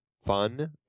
fun